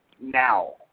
now